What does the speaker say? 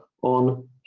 on